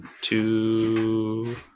two